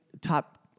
top